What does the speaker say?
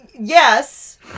yes